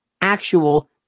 actual